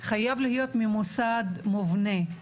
ולהיות ממוסד בצורה מובנית.